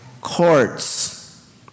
courts